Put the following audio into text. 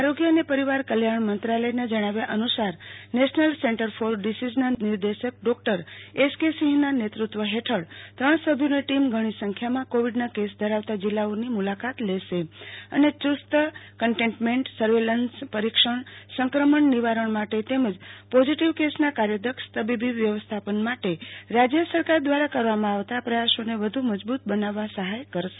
આરોગ્ય અને પરિવાર કલ્યાણ મંત્રાલયના જણાવ્યા અનુસાર નેશનલ સેન્ટર ફોર ડીસીઝ ના નિર્દેશક ડોક્ટર એસ કે સિંહના નેતૃત્વ હેઠળ ત્રણ સભ્યોની ટીમ ઘણી સંખ્યામાં કોવીદના કેસ ધરાવતા જિલ્લાઓની મુલાકાત લેશે અને ચુસ્ત કન્ટેન્ટમેન્ટ સર્વેલન્સ પરીક્ષણ સંક્રમણ નિવારણ માટે તેમજ પોઝીટીવ કેસના કાર્યદક્ષ તબીબી વ્યવસ્થાપન માટે રાજ્ય સરકાર દ્વારા કરવામાં આવતા પ્રયાસોને વધુ મજબુઇત બનાવવા સહાય કરશે